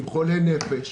עם חולי נפש,